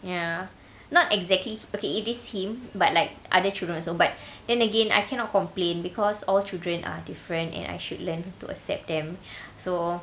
ya not exactly h~ okay it is him but like other children also but then again I cannot complain because all children are different and I should learn to accept them so